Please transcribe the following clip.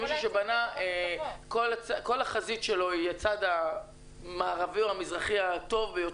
מישהו שבנה וכל החזית שלו היא הצד המערבי או המזרחי הטוב והוא